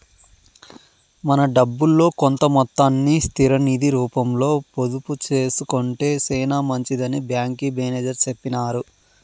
మన డబ్బుల్లో కొంత మొత్తాన్ని స్థిర నిది రూపంలో పొదుపు సేసుకొంటే సేనా మంచిదని బ్యాంకి మేనేజర్ సెప్పినారు